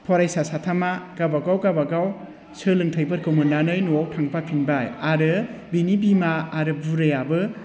फरायसा साथामा गावबा गाव गावबा गाव सोलोंथाइफोरखौ मोननानै न'आव थांफाफिनबाय आरो बिनि बिमा आरो बुरैयाबो